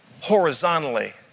horizontally